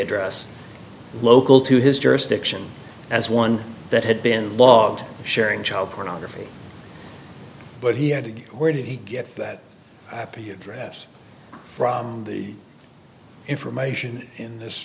address local to his jurisdiction as one that had been logged sharing child pornography but he had to where did he get that happy address from the information in this